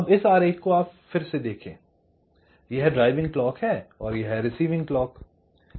इस आरेख को फिर से देखें यह ड्राइविंग क्लॉक है यह रिसीविंग क्लॉक है